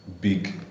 big